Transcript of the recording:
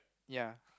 ya